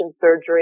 surgery